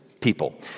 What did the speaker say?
people